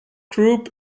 group